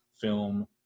film